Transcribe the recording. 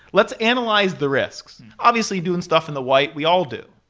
let's analyze the risks. obviously, doing stuff in the white, we all do.